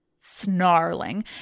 Snarling